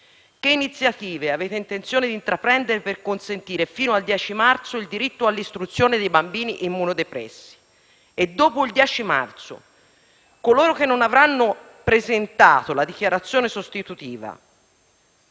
Che iniziative avete intenzione di intraprendere per consentire, fino al 10 marzo, il diritto all'istruzione dei bambini immunodepressi? E dopo il 10 marzo coloro che non avranno presentato la dichiarazione sostitutiva